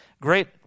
great